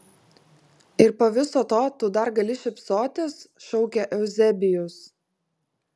ir po viso to tu dar gali šypsotis šaukė euzebijus